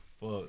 fuck